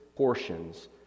Portions